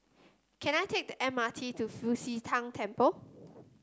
can I take the M R T to Fu Xi Tang Temple